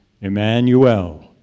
Emmanuel